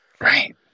Right